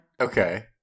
Okay